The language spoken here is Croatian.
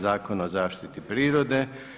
Zakona o zaštiti prirode.